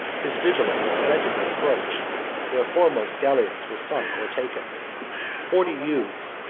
his vigilance prevented their approach their foremost galiots were sunk or taken forty youths,